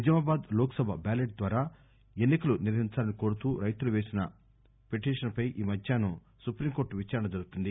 Nizamabad Lok Sabha ballot ద్వారా ఎన్ని కలు నిర్వహించాలని కోరుతూ రైతులు వేసిన పిటీషన్ పై ఈ మధ్యాహ్నం హైకోర్టు విచారణ జరుపుతుంది